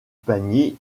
panier